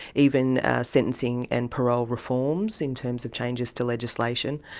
even sentencing and parole reforms in terms of changes to legislation.